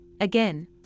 again